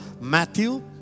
Matthew